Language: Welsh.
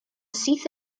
syth